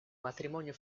matrimonio